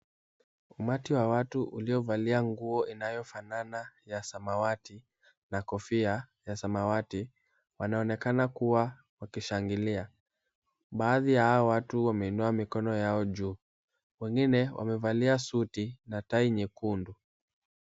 Umati wa watu uliovalia nguo inayofanana ya samawati na kofia ya samawati, wanaonekana kuwa wakishangilia. Baadhi ya hawa watu wameinua mikono yao juu. Wengine wamevalia suti na tai nyekundu.